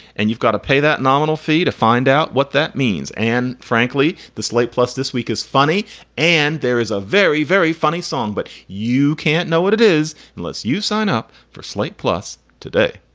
and you've got to pay that nominal fee to find out what that means. and frankly, the slate plus this week is funny and there is a very, very funny song, but you can't know what it is unless you sign up for slate. plus today,